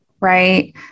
right